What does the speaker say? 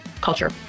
culture